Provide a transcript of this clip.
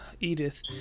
Edith